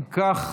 אם כך,